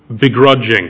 Begrudging